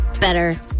Better